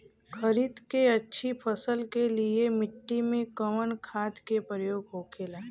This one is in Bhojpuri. खरीद के अच्छी फसल के लिए मिट्टी में कवन खाद के प्रयोग होखेला?